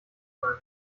sein